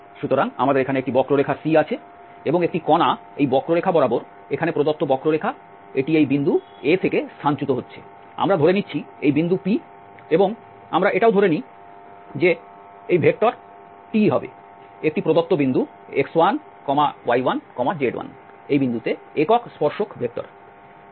সুতরাং আমাদের এখানে একটি বক্ররেখা আছে C এবং একটি কণা এই বক্ররেখা বরাবর এখানে প্রদত্ত বক্ররেখা এটি এই বিন্দু A থেকে স্থানচ্যুত হচ্ছে আমাদের ধরে নিচ্ছি এই বিন্দু P এবং আমরা এটাও ধরে নিই যে এই ভেক্টর T হবে একটি প্রদত্ত বিন্দু xiyizi তে একক স্পর্শক ভেক্টর